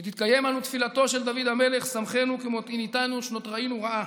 שתתקיים לנו תפילתו של דוד המלך: "שמחנו כימות עניתנו שנות ראינו רעה".